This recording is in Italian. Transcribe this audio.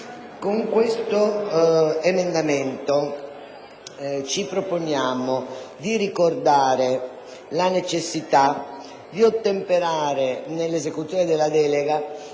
con l'emendamento 3.2 ci proponiamo di ricordare la necessità di ottemperare, nell'esecuzione della delega,